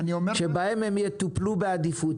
שהם יטופלו בעדיפות,